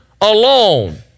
alone